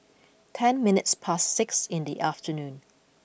ten minutes past six in the afternoon